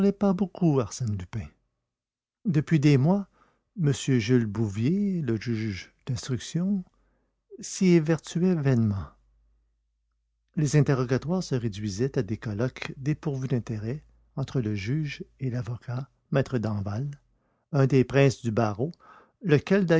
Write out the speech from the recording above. pas beaucoup arsène lupin depuis des mois m jules bouvier le juge d'instruction s'y évertuait vainement les interrogatoires se réduisaient à des colloques dépourvus d'intérêt entre le juge et l'avocat maître danval un des princes du barreau lequel